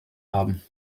haben